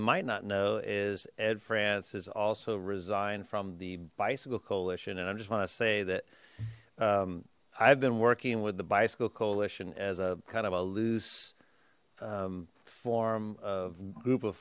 might not know is ed france has also resigned from the bicycle coalition and i just want to say that i've been working with the bicycle coalition as a kind of a loose form of group of